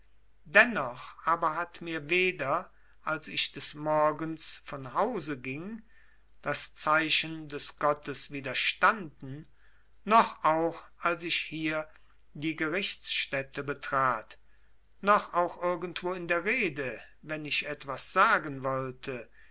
dennoch aber hat mir weder als ich des morgens von hause ging das zeichen des gottes widerstanden noch auch als ich hier die gerichtsstätte betrat noch auch irgendwo in der rede wenn ich etwas sagen wollte